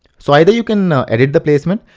so either you can edit the placement,